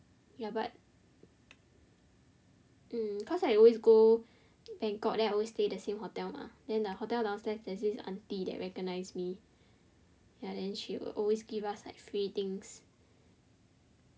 ya but mm cause I always go Bangkok then I always stay the same hotel mah then the hotel downstairs there's this aunty that recognize me ya then she will always give us like free things